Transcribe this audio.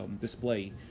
display